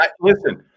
listen